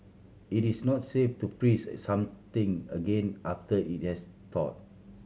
it is not safe to freeze something again after it has thawed